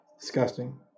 Disgusting